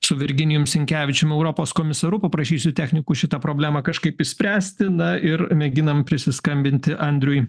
su virginijum sinkevičium europos komisaru paprašysiu technikų šitą problemą kažkaip išspręsti na ir mėginam prisiskambinti andriui